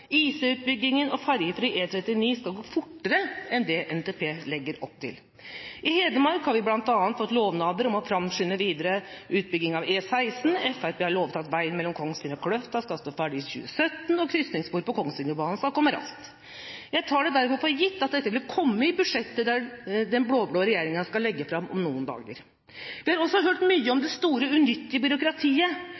skal gå fortere enn det NTP legger opp til. I Hedmark har vi bl.a. fått lovnader om å framskynde videre utbygging av E16. Fremskrittspartiet har lovet at veien mellom Kongsvinger og Kløfta skal stå ferdig i 2017, og krysningsspor på Kongsvingerbanen skal komme raskt. Jeg tar det derfor for gitt at dette vil komme i budsjettet den blå-blå regjeringa skal legge fram om noen dager. Vi har også hørt mye om